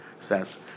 says